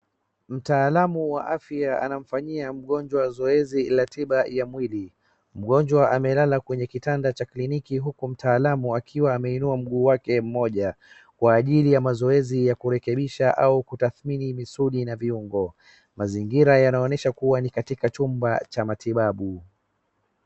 Mtaalamu wa afya anamfanyia mtaalamu zoezi la tiba ya mwili. Mgonjwa amelala kwenye kitanda cha kliniki huku mtaalamu akiwa ameinua mguu wake mmoja kwa ajili ya mazoezi ya kurekebisha au kutadhmini misuli na viungo. Mazingira yanaonesha kuwa ni katika chumba cha matibabu.